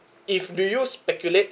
if do you speculate